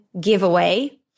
giveaway